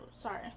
Sorry